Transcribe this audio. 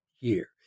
year